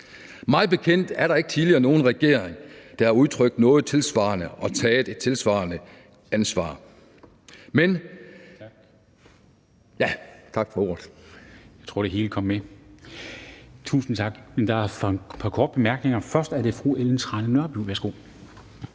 Mig bekendt er der ikke tidligere nogen regering, der har udtrykt noget tilsvarende og påtaget sig et tilsvarende ansvar.